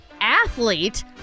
athlete